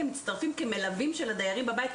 הם מצטרפים כמלווים של הדיירים בבית,